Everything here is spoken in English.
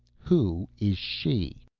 who is she?